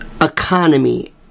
economy